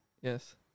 Yes